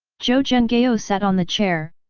zhou zhenghao sat on the chair,